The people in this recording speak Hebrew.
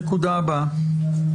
נקודה הבאה.